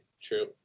True